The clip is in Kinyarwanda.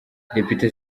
depite